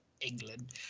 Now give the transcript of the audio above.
England